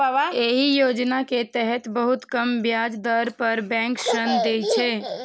एहि योजना के तहत बहुत कम ब्याज दर पर बैंक ऋण दै छै